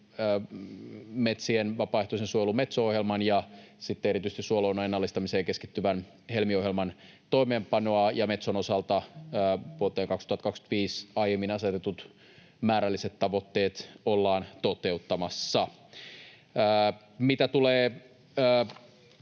metsien vapaaehtoisen suojelun Metso-ohjelman ja sitten erityisesti suoluonnon ennallistamiseen keskittyvän Helmi-ohjelman toimeenpanoa. Ja Metson osalta vuoteen 2025 aiemmin asetetut määrälliset tavoitteet ollaan toteuttamassa. Mitä tulee